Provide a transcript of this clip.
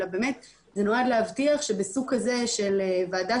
אלא באמת זה נועד להבטיח שבסוג כזה של ועדה